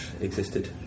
existed